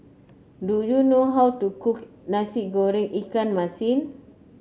do you know how to cook Nasi Goreng Ikan Masin